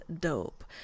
dope